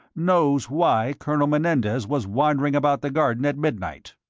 knows why colonel menendez was wandering about the garden at midnight.